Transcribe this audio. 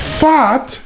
fat